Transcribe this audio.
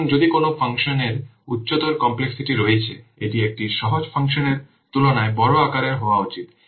সুতরাং যদি কোন ফাংশনটির উচ্চতর কমপ্লেক্সিটি রয়েছে এটি একটি সহজ ফাংশনের তুলনায় বড় আকারের হওয়া উচিত